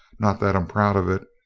not that i'm proud of it,